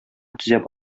төзәп